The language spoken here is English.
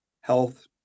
health